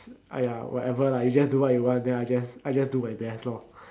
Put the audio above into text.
!aiya! whatever lah you just do what you want then I just I just do my best lor